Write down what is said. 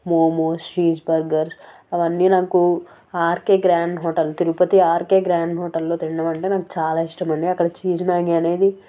momos cheese burger అవన్నీ నాకు RK grand hotel Tirupati RK grand హోటల్లో తినడమంటే నాకు చాలా ఇష్టమండి అక్కడ చీజ్ మ్యాగీ అనేది